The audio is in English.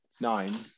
Nine